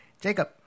Jacob